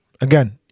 again